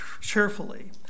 cheerfully